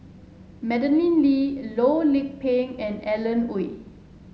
Madeleine Lee Loh Lik Peng and Alan Oei